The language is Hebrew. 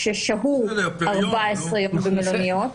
כששהו 14 ימים במלוניות,